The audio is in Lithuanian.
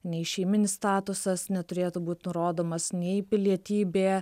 nei šeiminis statusas neturėtų būti nurodomas nei pilietybė